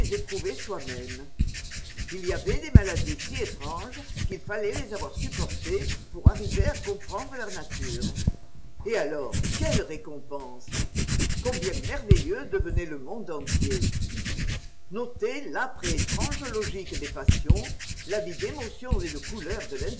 soi-même il y avait m des maladies si étranges qu'il fallait les avoir supportées pour arriver à comprendre leur nature et alors quelle récompense combien merveilleux devenait le monde entier noter l'apre et étrange logique des passions la vie d'émotions et de couleurs de